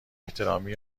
احترامی